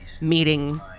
meeting